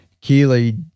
Keely